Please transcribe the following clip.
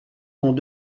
sont